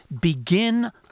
begin